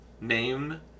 name